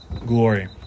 glory